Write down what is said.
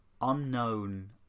unknown